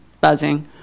buzzing